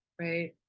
right